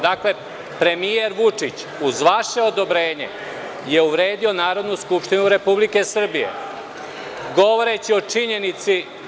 Dakle, premijer Vučić uz vaše odobrenje, je uvredio Narodnu skupštinu Republike Srbije govoreći o činjenici.